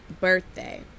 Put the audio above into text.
birthday